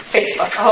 Facebook